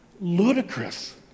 ludicrous